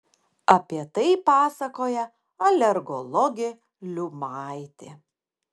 apie tai pasakoja alergologė liumaitė